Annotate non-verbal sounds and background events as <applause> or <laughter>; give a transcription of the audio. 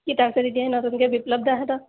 <unintelligible> তাৰ ওচৰত নতুনকৈ বিপ্লৱদাহঁতৰ